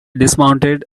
dismounted